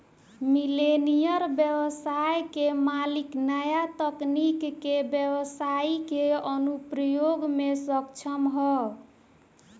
millennial ब्यबसाय के मालिक न्या तकनीक के ब्यबसाई के अनुप्रयोग में सक्षम ह